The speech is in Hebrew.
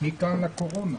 הישיבה ננעלה